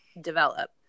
develop